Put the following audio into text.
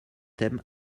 thème